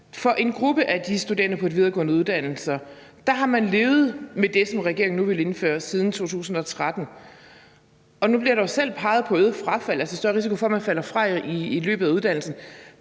her. En gruppe af de studerende på de videregående uddannelser har levet med det, som regeringen nu vil indføre, siden 2013, og nu bliver der peget på øget frafald, altså større risiko for, at man falder fra i løbet af uddannelsen.